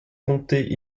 comptés